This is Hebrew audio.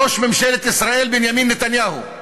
ראש ממשלת ישראל בנימין נתניהו.